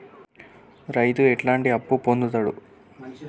రైతు ఎట్లాంటి అప్పు పొందుతడు?